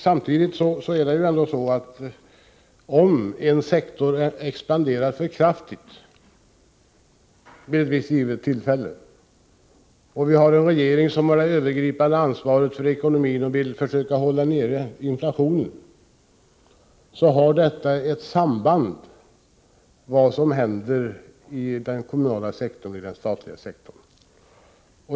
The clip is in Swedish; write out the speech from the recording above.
Samtidigt är det också så, att om en sektor expanderar för kraftigt vid ett visst tillfälle och vi har en regering som har det övergripande ansvaret för ekonomin och vill hålla nere inflationen, då har regeringens åtgärder samband med vad som händer inom den kommunala och statliga sektorn.